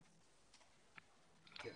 אין